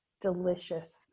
delicious